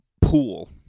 pool